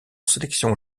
sélections